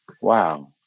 Wow